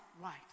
right